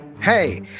Hey